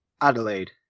Adelaide